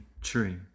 tree